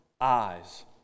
eyes